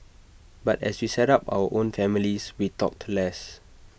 but as we set up our own families we talked less